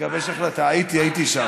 אתה יכול למצוא את עצמך